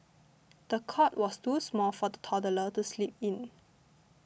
the cot was too small for the toddler to sleep in